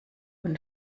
von